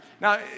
Now